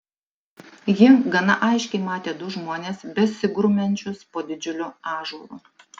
ji gana aiškiai matė du žmones besigrumiančius po didžiuliu ąžuolu